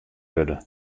wurde